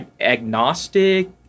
agnostic